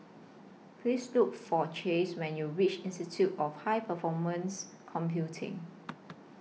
Please Look For Chase when YOU REACH Institute of High Performance Computing